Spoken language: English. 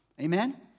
Amen